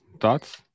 thoughts